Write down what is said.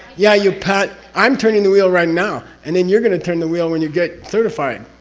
yeah, you pass. i'm turning the wheel right now, and then you're going to turn the wheel when you get certified.